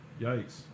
Yikes